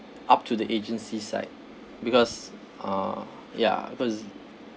up to the agency side because uh ya because